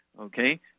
okay